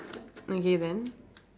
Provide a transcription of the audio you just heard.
okay then